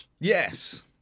Yes